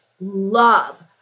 love